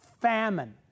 famine